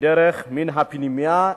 בדרך מן הפנימייה ואליה.